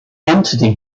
entity